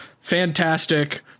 fantastic